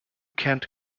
kent